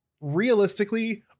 realistically